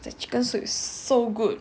the chicken soup so good